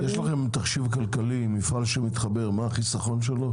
-- יש לכם תחשיב כלכלי עם מפעל שמתחבר - מה החיסכון שלו?